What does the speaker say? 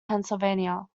pennsylvania